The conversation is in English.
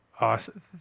awesome